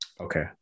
Okay